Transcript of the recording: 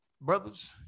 brothers